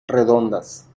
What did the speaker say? redondas